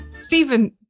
Stephen